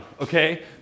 okay